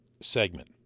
segment